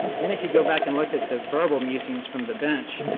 then if you go back and look at the verbal musings from the bench,